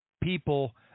people